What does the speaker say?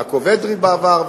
יעקב אדרי בעבר,